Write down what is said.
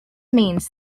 means